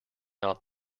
not